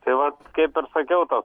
tai vat kaip ir sakiau tas